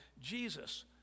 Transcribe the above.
Jesus